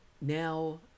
now